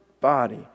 body